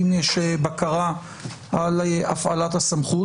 אם יש בקרה על הפעלת הסמכות.